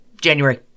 January